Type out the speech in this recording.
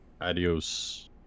Adios